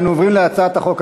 אנו עוברים להצעת החוק הבאה,